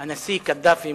הנשיא קדאפי,